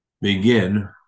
begin